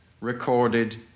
recorded